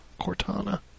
Cortana